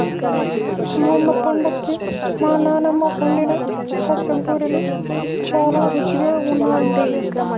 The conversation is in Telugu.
మొన్న పండక్కి మా నాన్నమ్మ వండిన సజ్జ బూరెలు చాలా రుచిగా ఉన్నాయి